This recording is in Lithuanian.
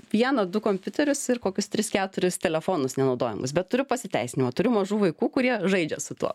vieną du kompiuterius ir kokius tris keturis telefonus nenaudojamus bet turiu pasiteisinimą turiu mažų vaikų kurie žaidžia su tuo